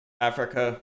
Africa